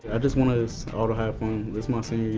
i just want us all to have this